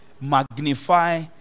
Magnify